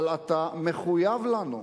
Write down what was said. אבל אתה מחויב לנו,